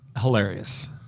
hilarious